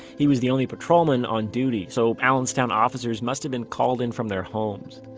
he was the only patrolman on duty, so allenstown officers must've been called in from their homes,